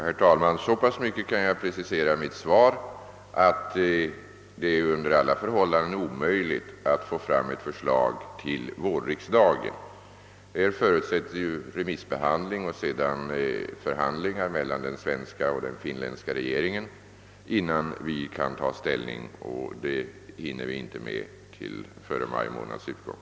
Herr talman! Så pass mycket kan jag precisera mitt svar som att det under alla förhållanden är omöjligt att få fram ett förslag till vårriksdagen. Innan vi kan ta ställning måste ju först remissförfarande och sedan förhandlingar mellan den svenska och den finländska regeringen äga rum, och det hinner vi inte med före maj månads utgång.